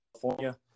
California